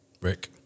Rick